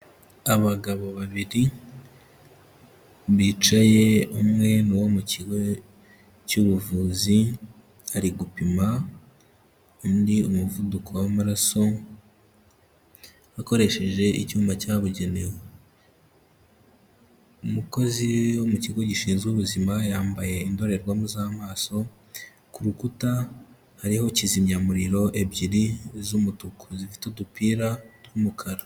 Abagabo babiri bicaye. Umwe ni uwo mu kigo cy'ubuvuzi, ari gupima undi umuvuduko w'amaraso, akoresheje icyuma cyabugenewe. Umukozi wo mu kigo gishinzwe ubuzima, yambaye indorerwamo z'amaso, ku rukuta hariho kizimyamuriro ebyiri z'umutuku, zifite udupira tw'umukara.